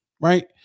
right